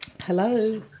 Hello